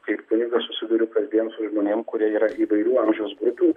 kaip kunigas susiduriu kasdien su žmonėm kurie yra įvairių amžiaus grupių